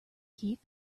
keep